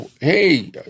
Hey